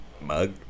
mug